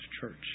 church